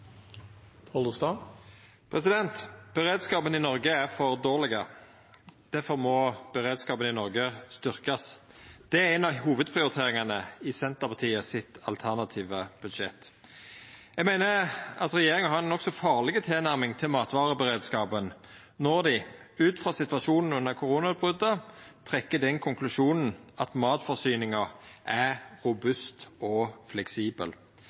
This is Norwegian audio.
for dårleg. Difor må beredskapen i Noreg styrkjast. Det er ei av hovudprioriteringane i Senterpartiet sitt alternative budsjett. Eg meiner at regjeringa har ei nokså farleg tilnærming til matvareberedskapen når dei, ut frå situasjonen under koronautbrotet, trekkjer den konklusjonen at matforsyninga er robust og fleksibel.